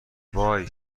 وای